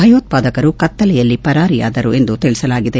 ಭಯೋತ್ವಾದಕರು ಕತ್ತಲೆಯಲ್ಲಿ ಪರಾರಿಯಾದರು ಎಂದು ತಿಳಿಸಲಾಗಿದೆ